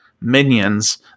minions